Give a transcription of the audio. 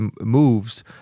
moves